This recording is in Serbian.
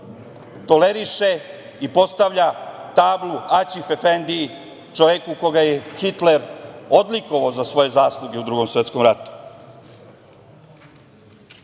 toleriše i postavlja tablu Aćif-efendiji, čoveku koga je Hitler odlikovao za svoje zasluge u Drugom svetkom ratu. Šta